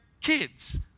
kids